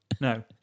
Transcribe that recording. no